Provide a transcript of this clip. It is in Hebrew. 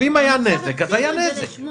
אם היה נזק אז היה נזק.